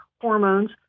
hormones